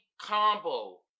combo